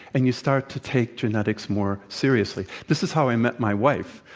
and you start to take genetics more seriously. this is how i met my wife,